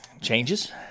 changes